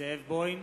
זאב בוים,